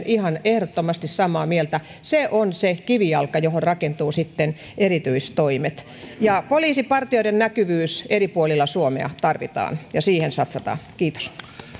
ihan ehdottomasti samaa mieltä se on se kivijalka jolle rakentuvat sitten erityistoimet ja poliisipartioiden näkyvyyttä eri puolilla suomea tarvitaan ja siihen satsataan kiitos no